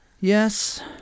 Yes